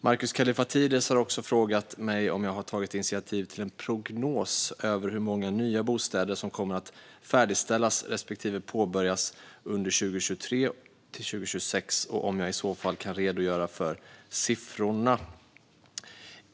Markus Kallifatides har också frågat mig om jag har tagit initiativ till en prognos över hur många nya bostäder som kommer att färdigställas respektive påbörjas under perioden 2023-2026 och om jag i så fall kan redogöra för siffrorna.